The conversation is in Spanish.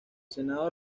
senado